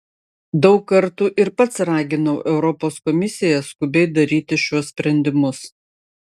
daug kartų ir pats raginau europos komisiją skubiai daryti šiuos sprendimus